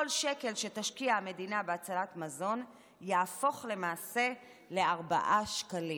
כל שקל שתשקיע המדינה בהצלת מזון יהפוך למעשה ל-4 שקלים.